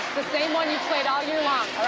same one you played all year long